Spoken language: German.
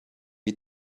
wie